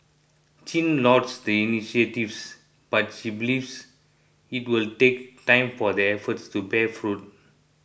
Chin lauds the initiatives but she believes it will take time for the efforts to bear fruit